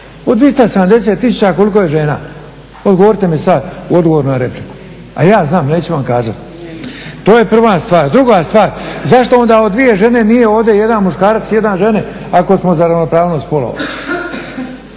U 270 tisuća koliko je žena, odgovorite mi sada u odgovoru na repliku? A ja znam neću vam kazati. To je prva stvar. Druga stvar, zašto onda od dvije žene nije ovdje jedan muškarac, jedan žene ako smo za ravnopravnost spolova?